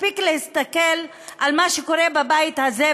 מספיק להסתכל על מה שקורה בבית הזה,